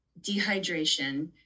dehydration